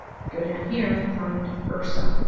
go down here and find irsa,